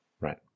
right